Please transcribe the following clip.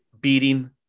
beating